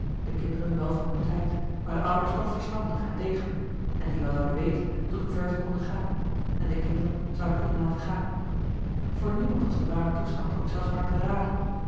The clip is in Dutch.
de kinderen wel van hun tijd maar de ouders toch verstandig en degelijk en die wel zouden weten tot hoever zij konden gaan en de kinderen zouden kunnen laten gaan voor niemand was de ware toestand ook zelfs maar te raden